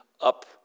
up